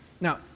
Now